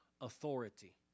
authority